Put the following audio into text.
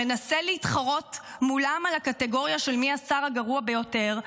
שמנסה להתחרות מולם על הקטגוריה של מי השר הגרוע ביותר,